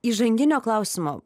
įžanginio klausimo